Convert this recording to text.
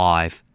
Five